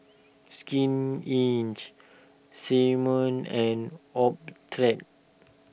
Skin Inch Simmons and Optrex